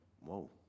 Whoa